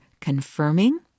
confirming